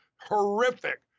horrific